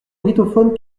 brittophones